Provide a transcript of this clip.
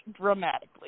dramatically